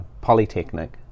polytechnic